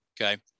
Okay